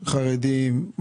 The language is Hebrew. חרדים,